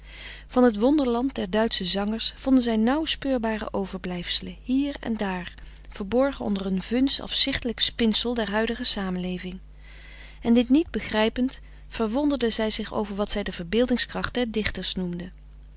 van het wonderland der duitsche zangers vonden zij nauw speurbare overblijfselen hier en daar verborgen onder een vuns afzichtelijk spinsel der huidige samenleving en dit niet begrijpend verwonderden zij zich over wat zij de verbeeldings kracht der dichters noemden